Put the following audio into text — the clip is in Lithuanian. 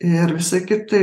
ir visa kita